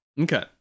Okay